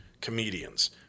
comedians